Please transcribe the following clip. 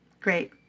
great